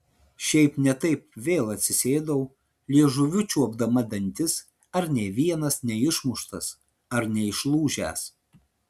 šiaip ne taip vėl atsisėdau liežuviu čiuopdama dantis ar nė vienas neišmuštas ar neišlūžęs